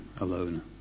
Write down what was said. alone